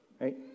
Right